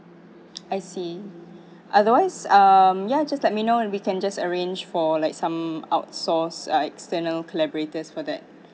I see otherwise um ya just let me know and we can just arrange for like some out source or external collaborators for that